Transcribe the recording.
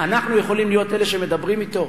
אנחנו יכולים להיות אלה שמדברים אתו?